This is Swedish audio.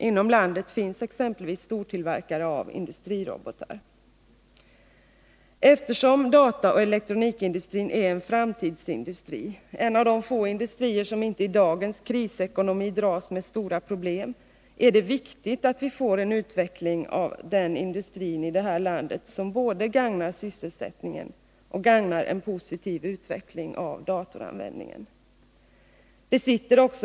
Inom landet finns exempelvis stortillverkare av industrirobotar. Eftersom dataoch elektronikindustrin är en framtidsindustri, en av de få industrier som inte i dagens krisekonomi dras med stora problem, är det viktigt att vi i det här landet får en utveckling av den industrin som gagnar både sysselsättningen och en positiv utveckling av datoranvändningen.